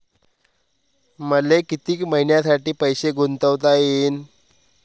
मले कितीक मईन्यासाठी पैसे गुंतवता येईन?